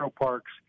parks